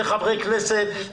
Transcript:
וחברי כנסת,